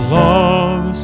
love